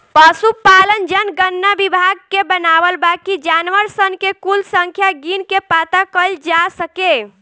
पसुपालन जनगणना विभाग के बनावल बा कि जानवर सन के कुल संख्या गिन के पाता कइल जा सके